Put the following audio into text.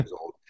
old